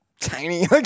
tiny